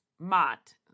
Mott